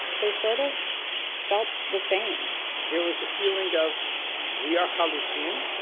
they sort of felt the same there was a feeling of we are chalutzim,